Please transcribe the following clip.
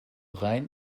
rhein